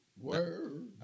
word